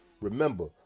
Remember